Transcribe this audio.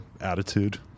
attitude